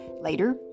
Later